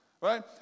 right